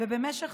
ובמשך